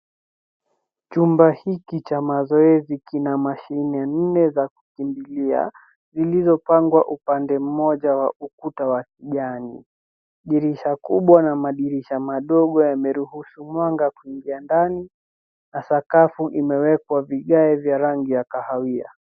Chumba hiki cha mazoezi kina mashine nne za kukimbilia. Zilizopangwa kwa upande moja wa ukuta wa kijani. Dirisha kubwa na madirisha madogo yameruhusu mwanga kuingia ndani, na sakafu imewekwa vigae vya rangi ya kahawia.